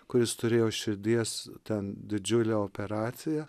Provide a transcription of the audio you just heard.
kuris turėjo širdies ten didžiulę operaciją